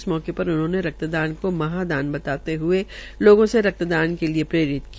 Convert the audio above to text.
इस अवसर पर उन्होंने रक्तदान को महादान बताते हुए लोगों को रक्तदान के लिए प्रेरित किया